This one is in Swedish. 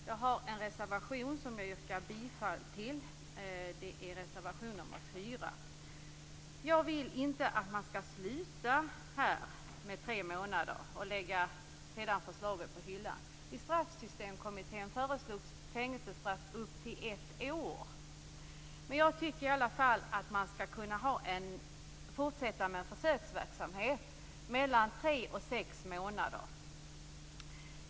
Jag har en reservation som jag yrkar bifall till. Det är reservation 4. Jag vill inte att man skall sluta vid tre månader och sedan lägga förslaget på hyllan. I Straffsystemkommittén föreslogs fängelsestraff på upp till ett år. Jag tycker i alla fall att man skall kunna fortsätta med en försöksverksamhet vid straff på mellan tre och sex månader.